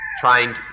trying